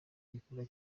gikorwa